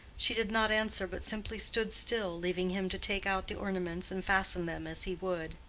she did not answer, but simply stood still, leaving him to take out the ornaments and fasten them as he would.